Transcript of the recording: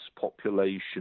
population